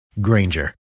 Granger